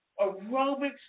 aerobics